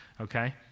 okay